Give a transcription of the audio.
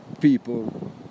people